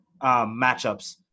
matchups